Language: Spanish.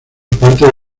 parte